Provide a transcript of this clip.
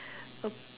a